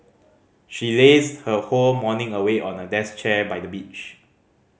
she lazed her whole morning away on a desk chair by the beach